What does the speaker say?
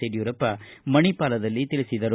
ಯಡಿಯೂರಪ್ಪ ಮಣಿಪಾಲದಲ್ಲಿ ತಿಳಿಸಿದ್ದಾರೆ